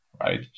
right